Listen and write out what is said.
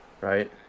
Right